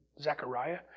Zechariah